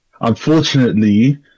Unfortunately